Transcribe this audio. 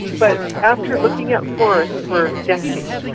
but after looking at forests for decades,